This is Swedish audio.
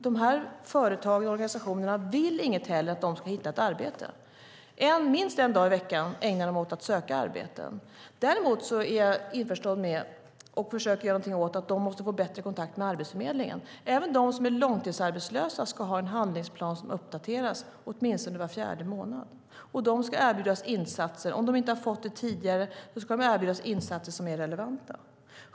Dessa företag och organisationer vill inget hellre än att de ska hitta ett arbete. Minst en dag i veckan ägnar dessa personer åt att söka arbete. Däremot är jag införstådd med, och försöker göra någonting åt det, att de måste få bättre kontakt med Arbetsförmedlingen. Även de som är långtidsarbetslösa ska ha en handlingsplan som uppdateras åtminstone var fjärde månad. Om de inte har fått det tidigare ska de erbjudas insatser som är relevanta.